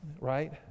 Right